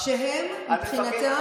שהם מבחינתם,